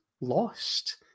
lost